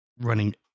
running